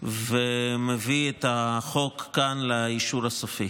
ומביא את החוק כאן לאישור הסופי.